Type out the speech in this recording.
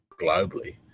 globally